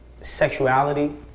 sexuality